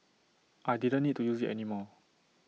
I didn't need to use IT anymore